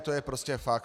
To je prostě fakt.